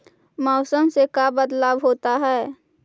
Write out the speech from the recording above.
मौसम से का बदलाव होता है?